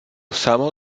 samo